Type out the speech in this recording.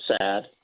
sad